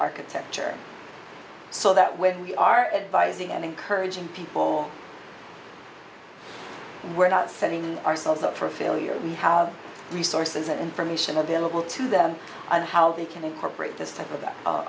architecture so that when we are and by seeing and encouraging people we're not sending ourselves up for failure we have resources and information available to them and how they can incorporate this type of